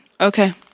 Okay